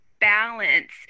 balance